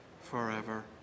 forever